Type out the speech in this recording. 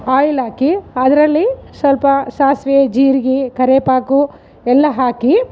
ಆಯಿಲ್ಲಾಕಿ ಅದರಲ್ಲಿ ಸ್ವಲ್ಪ ಸಾಸಿವೆ ಜೀರಿಗೆ ಕರೇಪಾಕು ಎಲ್ಲ ಹಾಕಿ